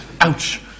ouch